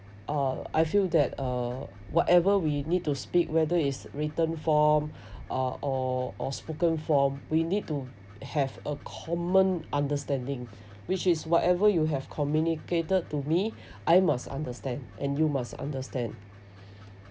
uh I feel that uh whatever we need to speak whether is written form uh or or spoken form we need to have a common understanding which is whatever you have communicated to me I must understand and you must understand